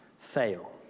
fail